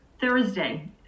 Thursday